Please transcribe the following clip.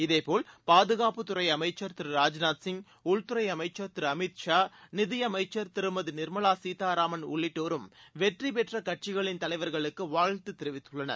இதேபோல் பாதுகாப்புத்துறை அமைச்சர் திரு ராஜ்நாத் சிங உள்துறை அமைச்சர் திரு அமித் ஷா நிதியமம்சர் திருமதி நிர்மலா சீதாராமன் உள்ளிட்டோரும் வெற்றி பெற்ற கட்சிகளின் தலைவர்களுக்கு வாழ்த்து தெரிவித்துள்ளனர்